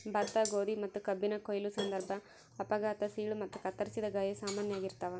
ಭತ್ತ ಗೋಧಿ ಮತ್ತುಕಬ್ಬಿನ ಕೊಯ್ಲು ಸಂದರ್ಭ ಅಪಘಾತ ಸೀಳು ಮತ್ತು ಕತ್ತರಿಸಿದ ಗಾಯ ಸಾಮಾನ್ಯ ಆಗಿರ್ತಾವ